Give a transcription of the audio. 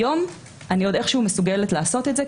היום אני עוד איכשהו מסוגלת לעשות את זה,